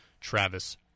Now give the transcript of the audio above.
Travis